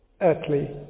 Earthly